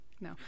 No